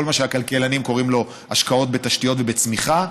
כל מה שהכלכלנים קוראים לו השקעות בתשתיות ובצמיחה.